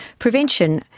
prevention,